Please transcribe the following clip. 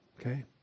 Okay